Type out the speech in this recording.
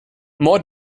more